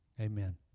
Amen